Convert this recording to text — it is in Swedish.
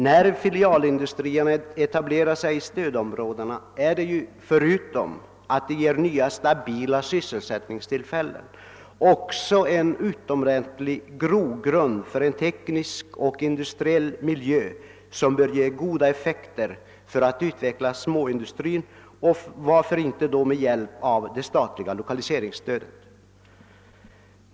När filialindustrierna etablerar sig i stödområdena är de, förutom att de skapar nya stabila sysselsättningstillfällen, en utomordentlig grogrund för en teknisk och industriell miljö som bör ge goda effekter för att utveckla småindustrin — och varför inte då med hjälp av det statliga lokaliseringsstödet?